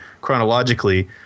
chronologically